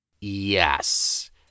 Yes